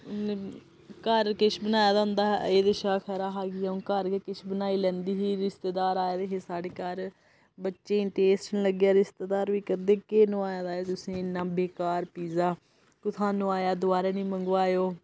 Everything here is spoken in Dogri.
घर किश बनाए दा होंदा हा एह्दे शा खरा हा आ'ऊं घर गै किश बनाई लैंदी ही रिश्तेदार आए दे हे साढ़े घर बच्चें ई टेस्ट नी लग्गेआ रिश्तेदार बी करदे केह् नोआए दा एह् तुसें एह् बेकार पिज्जा कुत्थां नोआएआ दबारा नी मंगवाएओ